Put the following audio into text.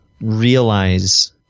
realize –